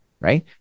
right